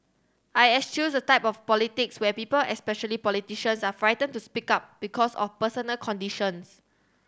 I eschew the type of politics where people especially politicians are frightened to speak up because of personal considerations